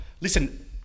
listen